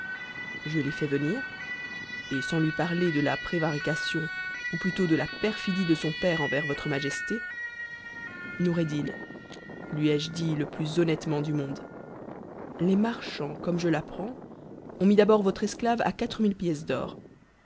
je l'ai but ve et sans lui parler delà prévarication ou plutôt de la perdie de son père envers votre majesté noureddin lui ai-je dit le plus honnêtement monde les marchands comme je l'apprends ont mis d'abord votre octave quatre mille pièces d'or